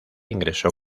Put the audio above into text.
ingresó